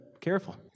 careful